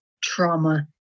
trauma